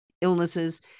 illnesses